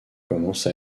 commence